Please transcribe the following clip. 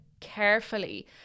Carefully